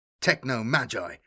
Techno-Magi